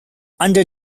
under